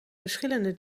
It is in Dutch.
verschillende